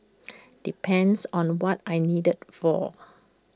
depends on what I'm needed for